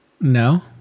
No